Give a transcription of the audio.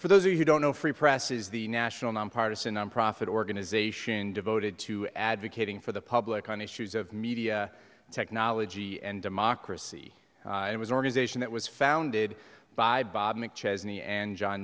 for those who don't know free press is the national nonpartisan nonprofit organization devoted to advocating for the public on issues of media technology and democracy it was an organization that was founded by me and john